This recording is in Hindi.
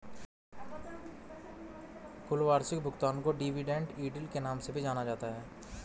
कुल वार्षिक भुगतान को डिविडेन्ड यील्ड के नाम से भी जाना जाता है